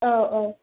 औ औ